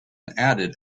added